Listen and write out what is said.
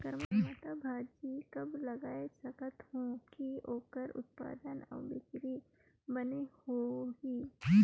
करमत्ता भाजी कब लगाय सकत हो कि ओकर उत्पादन अउ बिक्री बने होही?